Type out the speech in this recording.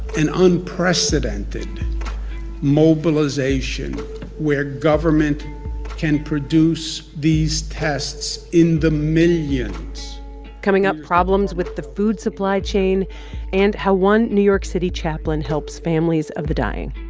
an unprecedented mobilization where government can produce these tests in the millions coming up, problems with the food supply chain and how one new york city chaplain helps families of the dying.